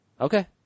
Okay